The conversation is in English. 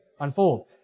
unfold